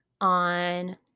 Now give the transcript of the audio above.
on